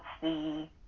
see